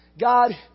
God